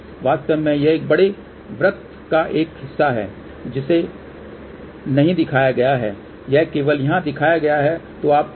वास्तव में यह बड़े वृत्त का एक हिस्सा है जिसे नहीं दिखाया गया है यह केवल यहाँ दिखाया गया है